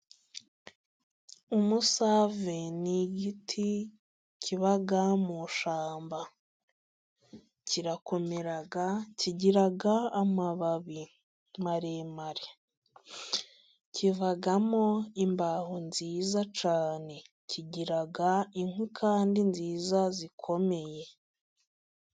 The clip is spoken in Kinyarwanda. Umusave ni igiti kiba mu ishyamba, kirakomera kigira amababi maremare kivamo imbaho nziza cyane, kigira inkwi kandi nziza zikomeye.